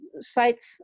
sites